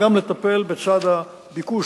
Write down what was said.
גם לטפל בצד הביקוש,